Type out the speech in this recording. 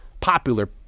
popular